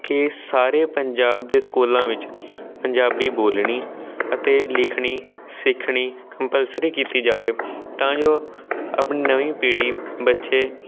ਕਿ ਸਾਰੇ ਪੰਜਾਬ ਦੇ ਸਕੂਲਾਂ ਵਿੱਚ ਪੰਜਾਬੀ ਬੋਲਣੀ ਅਤੇ ਲਿਖਣੀ ਸਿੱਖਣੀ ਕੰਪਲਸਰੀ ਕੀਤੀ ਜਾਵੇ ਤਾਂ ਜੋ ਆਪਣੀ ਨਵੀਂ ਪੀੜ੍ਹੀ ਬੱਚੇ